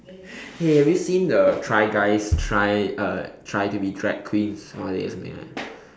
hey have you seen the try guys try uh try to be drag queens oh that was mad